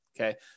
Okay